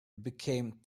became